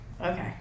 okay